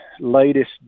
latest